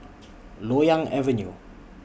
Loyang Avenue